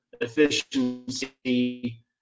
efficiency